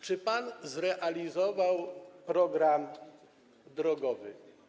Czy pan zrealizował program drogowy?